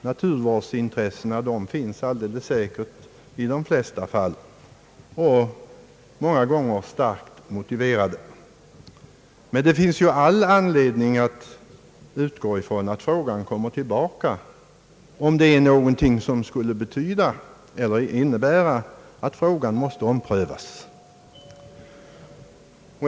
Naturvårdsintressen finns säkert i de flesta fall, och de är många gånger starkt motiverade. Det finns all anledning att utgå ifrån att frågan om Vindelälven kommer tillbaka, om det inträffar någonting som skulle innebära att frågan måste omprövas.